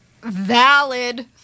Valid